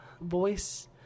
voice